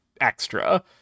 extra